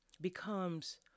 becomes